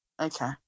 Okay